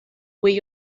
where